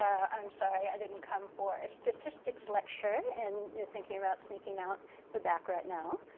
i'm sorry, i didn't come for a statistics lecture and you're thinking about sneaking out the back right now,